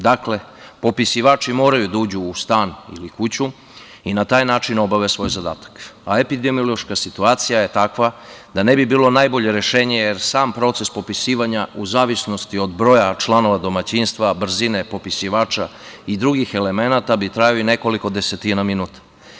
Dakle, popisivači moraju da uđu u stan ili kuću i na taj način obave svoj zadataka, a epidemiološka situacija je takva da ne bi bilo najbolje rešenje, jer sam proces popisivanja u zavisnosti od broja članova domaćinstva, brzine popisivača i drugih elemenata bi trajali nekoliko desetina minuta.